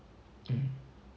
mm